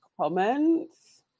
comments